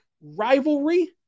rivalry